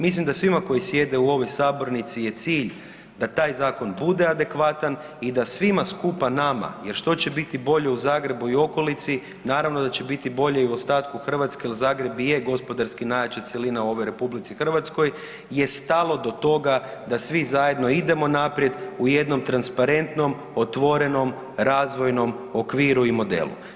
Mislim da svima koji sjede u ovoj sabornici je cilj da taj zakon bude adekvatan i da svima skupa nama, jer što će biti bolje u Zagrebu i okolici, naravno da će biti bolje i ostatku Hrvatske jer Zagreb i je gospodarski najjača cjelina u ovoj RH je stalo do toga da svi zajedno idemo naprijed u jednom transparentnom, otvorenom, razvojnom okviru i modelu.